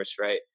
right